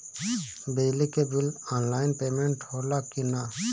बिजली के bill online payment होला कि ना?